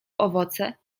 owoce